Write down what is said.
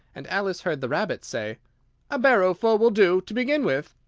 and alice heard the rabbit say a barrowful will do, to begin with.